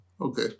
okay